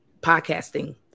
podcasting